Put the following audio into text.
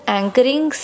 anchoring